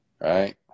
right